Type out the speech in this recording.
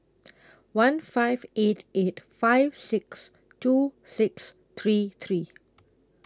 one five eight eight five six two six three three